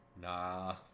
Nah